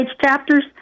chapters